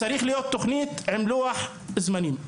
צריכה להיות תוכנית עם לוח זמנים.